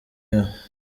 yewe